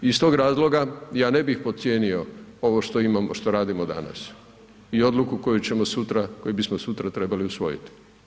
Iz tog razloga ja ne bih podcijenio ovo što imamo, što radimo danas i odluku koju ćemo sutra, koju bismo sutra trebali usvojiti.